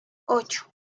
ocho